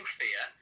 fear